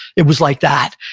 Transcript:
it was like that.